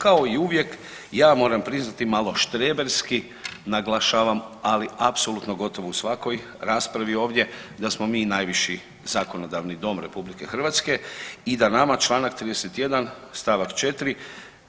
Kao i uvijek ja moram priznati malo štreberski naglašavam, ali apsolutno gotovo u svakoj raspravi ovdje da smo najviši zakonodavni dom RH i da nama čl. 31. st. 4.